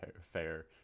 fair